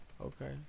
Okay